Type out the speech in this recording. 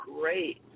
great